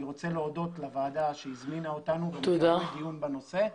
אני רוצה להודות לוועדה על שהזמינה אותנו ומקיימת דיון בנושא.